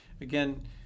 again